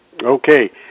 Okay